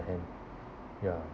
hand ya